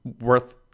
worth